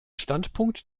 standpunkt